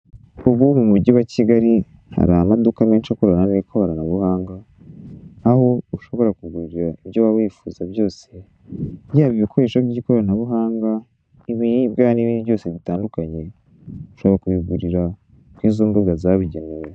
Ubu mu mujyi wa Kigali hari amaduka menshi akorana n'ikoranabuhanga aho ushobora kugurira ibyo waba wifuza byose yaba ibikoresho by'ikoranabuhanga, ibiribwa n'ibindi byose bitandukanye ushobora kubigurira kuri izo mbuga zabugenewe.